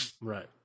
Right